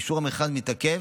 אישור המכרז מתעכב,